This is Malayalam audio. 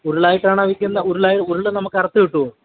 ഉരുളായിട്ടാണോ വിക്കു ഉരുള് ഉരുള് നമുക്ക് അറുത്തു കിട്ടുമോ